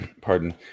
Pardon